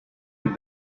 with